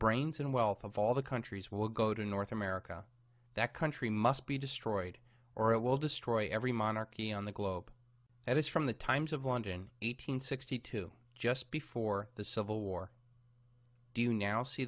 brains and wealth of all the countries will go to north america that country must be destroyed or it will destroy every monarchy on the globe that is from the times of london eight hundred sixty two just before the civil war do you now see